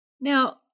Now